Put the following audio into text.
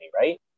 right